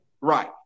Right